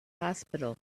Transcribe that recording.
hospital